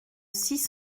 six